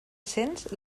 cens